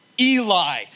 Eli